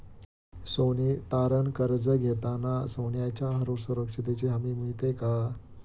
सोने तारण कर्ज घेताना सोन्याच्या सुरक्षेची हमी मिळते का?